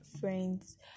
friends